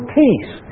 peace